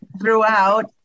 Throughout